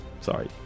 Sorry